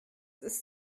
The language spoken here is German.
ist